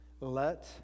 Let